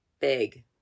Big